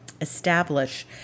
establish